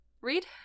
read